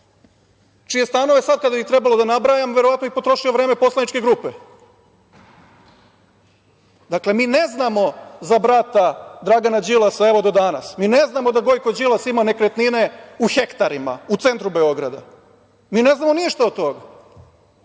čiji stanove sad kad bih trebao da nabrajam verovatno bih potrošio vreme poslaničke grupe? Dakle, mi ne znamo za brata Dragana Đilasa, evo, do danas. Mi ne znamo da Gojko Đilas ima nekretnine u hektarima u centru Beograda. Mi ne znamo ništa o tome,